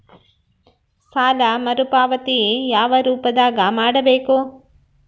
ಸಾಲ ಮರುಪಾವತಿ ಯಾವ ರೂಪದಾಗ ಮಾಡಬೇಕು?